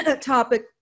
topic